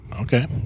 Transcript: okay